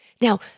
Now